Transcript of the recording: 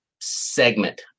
segment